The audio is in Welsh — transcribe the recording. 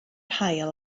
haul